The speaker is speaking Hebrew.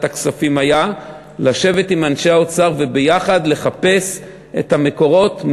הכספים היה לשבת עם אנשי האוצר ויחד לחפש את המקורות,